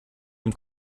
dem